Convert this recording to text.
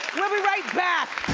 we'll be right back.